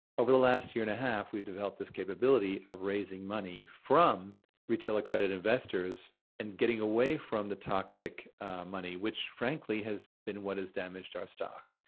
over the last year and a half, we developed this capability of raising money from retail accredited investors and getting away from the toxic money, which frankly, has been what is damaged our stock,